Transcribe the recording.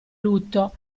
lutto